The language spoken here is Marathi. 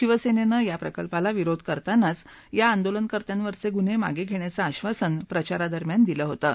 शिवसेनेनं या प्रकल्पाला विरोध करतानाच या आंदोलनकर्त्यावरचे गुन्हे मागे घेण्याचं आश्वासन प्रचारा दरम्यान दिलं होतं